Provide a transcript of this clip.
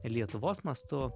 lietuvos mastu